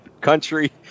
country